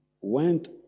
went